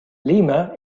lima